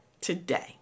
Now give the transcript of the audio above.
today